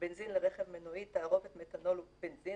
"בנזין לרכב מנועי: תערובת מתנול-בנזין